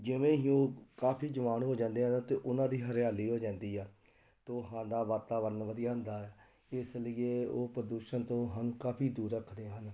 ਜਿਵੇਂ ਹੀ ਉਹ ਕਾਫੀ ਜਵਾਨ ਹੋ ਜਾਂਦੇ ਹਨ ਅਤੇ ਉਹਨਾਂ ਦੀ ਹਰਿਆਲੀ ਹੋ ਜਾਂਦੀ ਆ ਅਤੇ ਉਹ ਸਾਡਾ ਵਾਤਾਵਰਨ ਵਧੀਆ ਹੁੰਦਾ ਹੈ ਇਸ ਲਈ ਇਹ ਉਹ ਪ੍ਰਦੂਸ਼ਣ ਤੋਂ ਸਾਨੂੰ ਕਾਫੀ ਦੂਰ ਰੱਖਦੇ ਹਨ